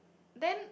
then